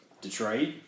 Detroit